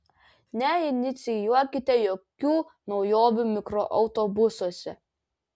neinicijuokite jokių naujovių mikroautobusuose